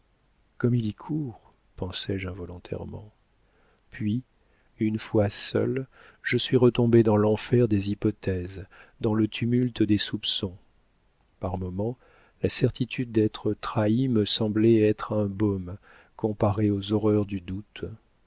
comme il y court pensai-je involontairement puis une fois seule je suis retombée dans l'enfer des hypothèses dans le tumulte des soupçons par moments la certitude d'être trahie me semblait être un baume comparée aux horreurs du doute